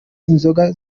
inzoga